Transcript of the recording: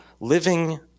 living